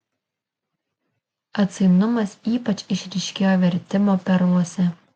atsainumas ypač išryškėjo vertimo perluose